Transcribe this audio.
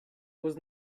was